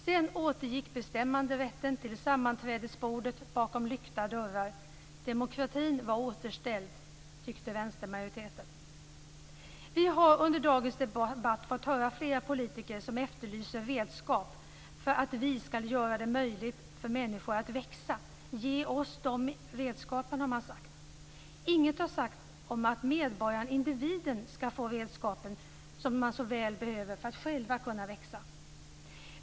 Sedan återgick bestämmanderätten till sammanträdesborden bakom lykta dörrar. Demokratin var återställd, tyckte vänstermajoriteten. Vi har under dagens debatt fått höra flera politiker som efterlyser redskap för att vi skall kunna göra det möjligt för människor att växa. Ge oss dessa redskap, har man sagt. Inget har sagts om att medborgarna - individen - skall få de redskap som man så väl behöver för att själva kunna växa.